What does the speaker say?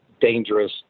dangerous